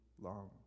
long